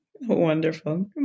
Wonderful